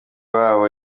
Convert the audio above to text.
wabo